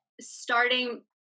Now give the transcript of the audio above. starting